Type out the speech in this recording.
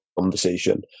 conversation